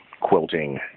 quilting